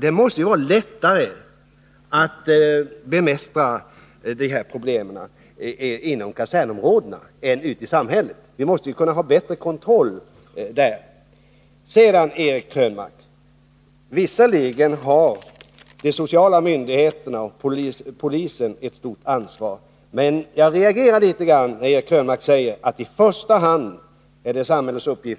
Det måste vara lättare att bemästra de här problemen och att utöva kontroll inom kasernområdena än ute i samhället. Visserligen har de sociala myndigheterna och polisen här ett stort ansvar, men jag reagerar litet grand när Eric Krönmark säger att det i första hand är